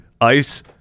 ICE